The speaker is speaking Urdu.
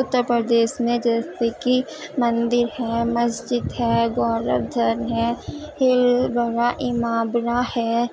اتر پردیش میں جیسے کہ مندر ہیں مسجد ہے گور وردھن ہے ہل ایمابنا ہے